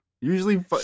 Usually